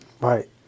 Right